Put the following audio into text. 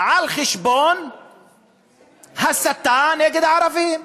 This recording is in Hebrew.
על חשבון הסתה נגד הערבים.